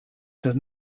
does